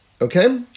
okay